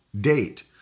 date